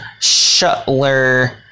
Shuttler